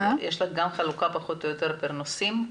יש לך גם חלוקה פחות או יותר לפי נושאים.